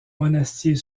monastier